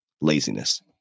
laziness